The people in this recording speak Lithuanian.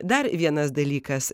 dar vienas dalykas